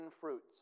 fruits